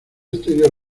exterior